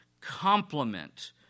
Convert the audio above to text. complement